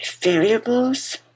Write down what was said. variables